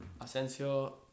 Asensio